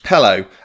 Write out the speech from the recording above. Hello